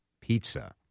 Pizza